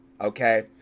okay